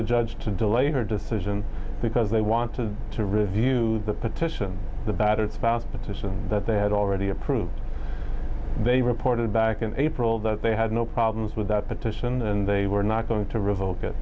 the judge to delay her decision because they wanted to review the petition the battered spouse petition that they had already approved they reported back in april that they had no problems with that petition and they were not going to